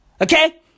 Okay